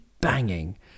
banging